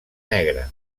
negre